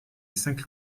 cinq